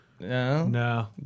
No